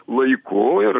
laiku ir